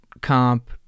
comp